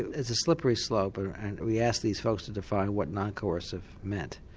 it's a slippery slope and we asked these folks to define what non coercive meant.